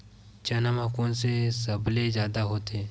चना म कोन से सबले जादा होथे?